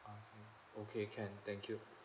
ah okay can thank you